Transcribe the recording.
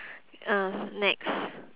uh next